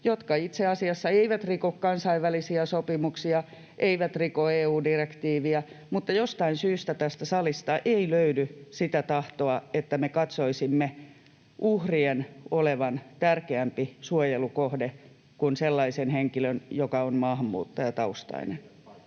jotka itse asiassa eivät riko kansainvälisiä sopimuksia, eivät riko EU-direktiivejä, mutta jostain syystä tästä salista ei löydy sitä tahtoa, että me katsoisimme uhrien olevan tärkeämpi suojelukohde kuin sellaisen henkilön, joka on maahanmuuttajataustainen.